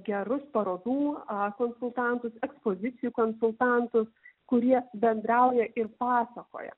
gerus parodų a konsultantus ekspozicijų konsultantus kurie bendrauja ir pasakoja